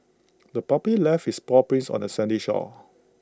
the puppy left its paw prints on the sandy shore